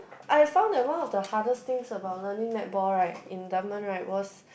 I found that one of the hardest things about learning netball right in Dunman right was